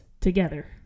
together